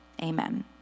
Amen